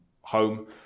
home